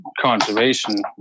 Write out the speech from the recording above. conservation